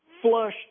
flush